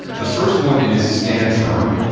the first one is stand firm,